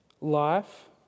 life